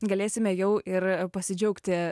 galėsime jau ir pasidžiaugti